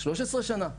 13 שנים,